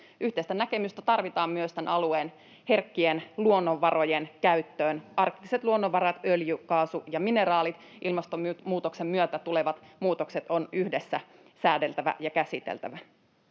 Yhteistä näkemystä tarvitaan myös tämän alueen herkkien luonnonvarojen käyttöön: arktiset luonnonvarat; öljy, kaasu ja mineraalit. Ilmastonmuutoksen myötä tulevat muutokset on yhdessä säädeltävä ja käsiteltävä.